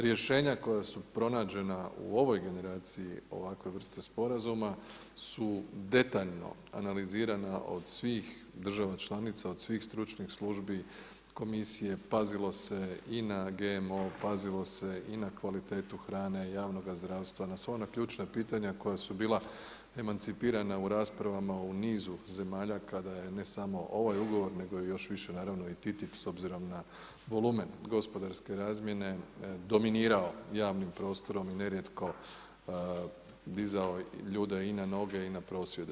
Rješenja koja su pronađena u ovoj generaciji, ovakve vrste sporazuma, su detaljno analizirana od svih država članica, od svih stručnih službi, komisije, pazilo se i na GMO, pazilo se i na kvalitetu hrane, javnoga zdravstva, na sva ona ključna pitanja koja su bila emancipirana u raspravama u nizu zemalja, kada je ne samo ovaj ugovor, nego i još više, naravno i TTIP s obzirom na volumen gospodarske razmjene dominirao javnim prostorom i nerijetko dizao ljude i na noge i na prosjede.